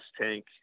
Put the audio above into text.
tank